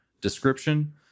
Description